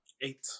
Eight